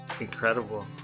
Incredible